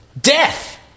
death